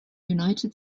united